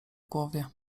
głowie